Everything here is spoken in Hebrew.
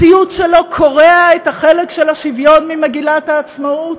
ציוץ שלו קורע את החלק של השוויון ממגילת העצמאות?